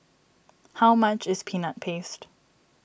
how much is Peanut Paste